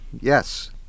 Yes